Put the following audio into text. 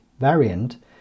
variant